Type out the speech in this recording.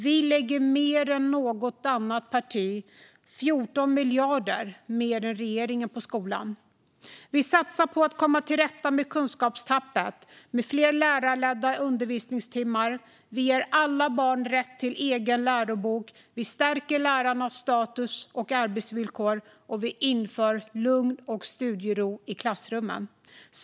Vi lägger mer än något annat parti på skolan - 14 miljarder mer än regeringen. Vi satsar på att komma till rätta med kunskapstappet med fler lärarledda undervisningstimmar. Vi ger alla barn rätt till egen lärobok. Vi stärker lärarnas status och arbetsvillkor, och vi inför lugn och studiero i klassrummen.